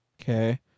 Okay